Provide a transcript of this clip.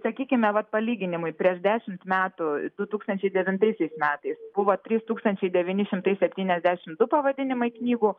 sakykime vat palyginimui prieš dešim metų du tūkstančiai devintaisiais metais buvo trys tūkstančiai devyni šimtai septyniasdešim du pavadinimai knygų